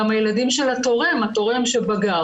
גם הילדים של התורם שבגר,